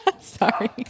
Sorry